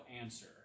answer